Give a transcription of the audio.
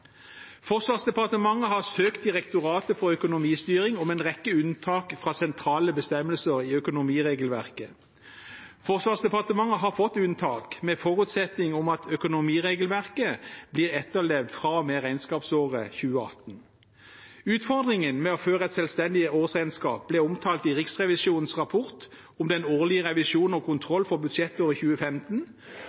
Forsvarsdepartementet har søkt Direktoratet for økonomistyring om en rekke unntak fra sentrale bestemmelser i økonomiregelverket. Forsvarsdepartementet har fått unntak, under forutsetning av at økonomiregelverket blir etterlevd fra og med regnskapsåret 2018. Utfordringen med å føre et selvstendig årsregnskap ble omtalt i Riksrevisjonens rapport om den årlige revisjon og kontroll for budsjettåret 2015.